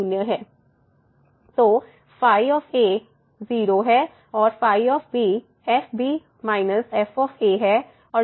सब कुछ 0 है तो 0 है और f − f है और g− g है